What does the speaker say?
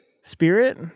spirit